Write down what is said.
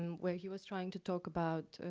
and where he was trying to talk about